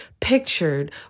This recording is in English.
pictured